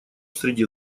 среди